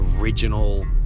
original